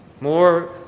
more